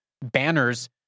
banners